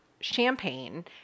champagne